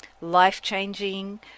life-changing